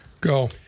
Go